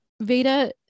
veda